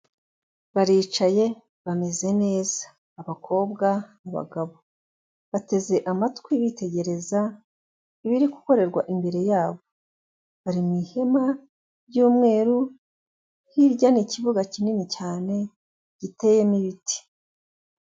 Baricaye bameze neza abakobwa abagabo, bateze amatwi bitegereza ibiri gukorerwa imbere yabo, bari mu ihema ry'umweru hirya ni ikibuga kinini cyane giteyemo ibiti.